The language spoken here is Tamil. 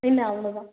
இல்லை அவ்வளோதான்